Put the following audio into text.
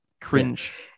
cringe